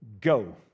Go